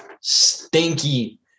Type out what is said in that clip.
stinky